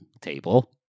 table